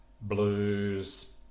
blues